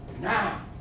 now